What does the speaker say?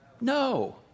No